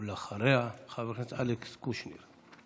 ואחריה, חבר הכנסת אלכס קושניר.